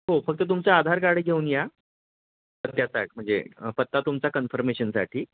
हो फक्त तुमचं आधार कार्ड घेऊन या पत्त्यासा म्हणजे पत्ता तुमचा कन्फर्मेशनसाठी